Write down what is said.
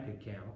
account